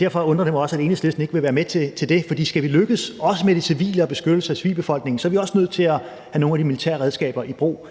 Derfor undrer det mig også, at Enhedslisten ikke vil være med til det, for skal vi også lykkes med det civile og beskyttelsen af civilbefolkningen, er vi også nødt til at have nogle af de militære redskaber i brug.